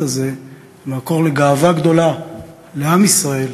שלה זה מקור גאווה גדולה לעם ישראל